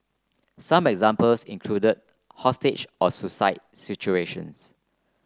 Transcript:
some examples include hostage or suicide situations